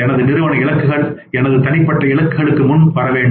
எனது நிறுவன இலக்குகள் எனது தனிப்பட்ட இலக்குகளுக்கு முன் வர வேண்டும்